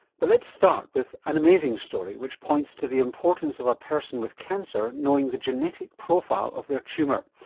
but let's start with an amazing story which points to the importance of a person with cancer knowing the genetic profile of their tumour.